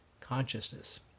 consciousness